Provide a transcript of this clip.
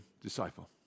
disciple